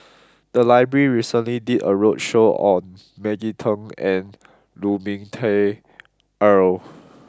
the library recently did a roadshow on Maggie Teng and Lu Ming Teh Earl